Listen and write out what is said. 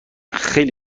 خیلی